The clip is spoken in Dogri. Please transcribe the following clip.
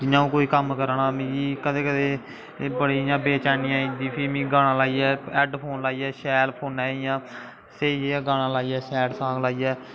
जियां अ'ऊं कोई कम्म करा ना मिगी कदें कदें बड़ी इ'यां बेचैनी आई जंदी फ्ही में गाना लाइयै हैड फोन लाइयै शैल फोना च इ'यां स्हेई जेहा गाना लाइयै सैड सांग लाइयै